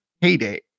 heyday